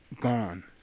gone